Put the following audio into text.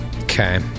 okay